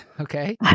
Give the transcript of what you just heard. Okay